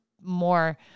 more